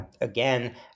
again